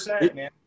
man